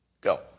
Go